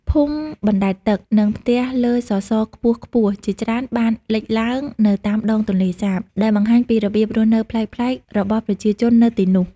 ភូមិបណ្តែតទឹក និងផ្ទះលើសសរខ្ពស់ៗជាច្រើនបានលេចឡើងនៅតាមដងទន្លេសាប ដែលបង្ហាញពីរបៀបរស់នៅប្លែកៗរបស់ប្រជាជននៅទីនោះ។